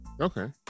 Okay